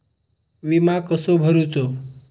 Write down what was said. विमा कसो भरूचो?